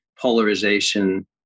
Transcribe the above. polarization